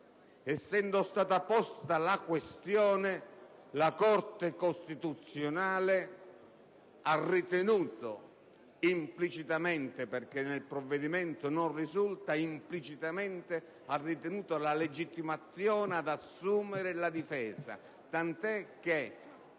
Essendo stata posta la questione, la Corte costituzionale ha ritenuto implicitamente, perché nel provvedimento non risulta, la legittimazione ad assumere la difesa, tanto è che